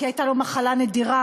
כי הייתה לו מחלה נדירה.